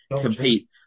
compete